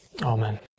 Amen